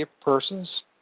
persons